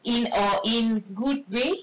in or in good way